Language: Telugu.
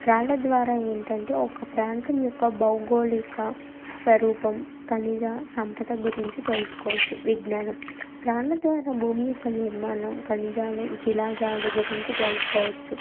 రాళ్ల ద్వారా ఏంటంటే ఒక ప్రాంతం యొక్క భౌగోళిక స్వరూపం ఖనిజ సంపద గురించి తెలుసుకోవచ్చు విజ్ఞానం రాళ్ళ ద్వారా భూమి యొక్క నిర్మాణం ఖనిజాలు శిలాజాలు గురించి తెలుసుకోవచ్చు